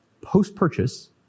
Post-purchase